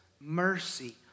mercy